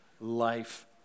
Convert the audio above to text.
life